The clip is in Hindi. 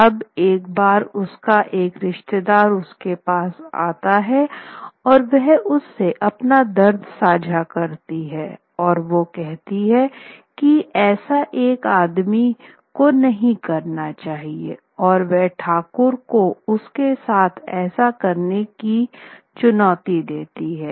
अब एक बार उसका एक रिश्तेदार उसके पास आता है और वह उससे अपना दर्द साझा करती है और वह कहती है कि ऐसा एक आदमी को नहीं करना चाहिए और वह ठाकुर को उसके साथ ऐसा करने की चुनौती देती है